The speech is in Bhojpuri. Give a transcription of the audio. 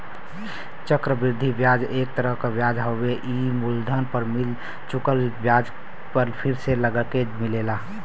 चक्र वृद्धि ब्याज एक तरह क ब्याज हउवे ई मूलधन पर मिल चुकल ब्याज पर फिर से लगके मिलेला